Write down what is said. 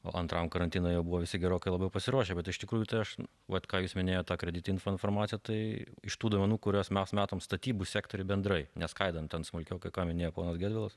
o antram karantiuio jau buvo visi gerokai labiau pasiruošę bet iš tikrųjų tai aš vat ką jūs minėjote tą kredit informaciją tai iš tų duomenų kuriuos mes matome statybų sektoriuj bendrai neskaidant ten smulkiau kai kai ką minėjo ponas gedvilas